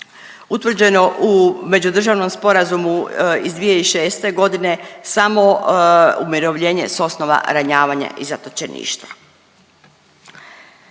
utvrđeno u međudržavnom sporazumu iz 2006.g. samo umirovljenje s osnova ranjavanja i zatočeništva.